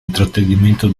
intrattenimento